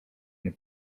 nie